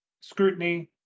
scrutiny